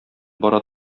бара